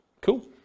Cool